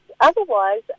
otherwise